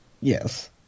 Yes